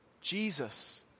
Jesus